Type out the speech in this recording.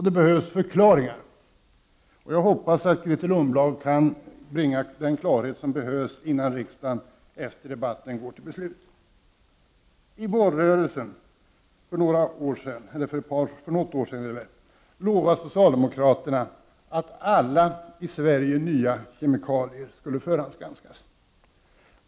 Det behövs förklaringar, och jag hoppas att Grethe Lundblad kan bringa den klarhet som behövs innan riksdagen efter debatten går till beslut. I valrörelsen för något år sedan lovade socialdemokraterna att alla i Sverige nya kemikalier skulle förhandsgranskas.